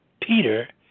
Peter